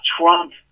Trump